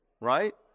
right